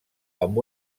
amb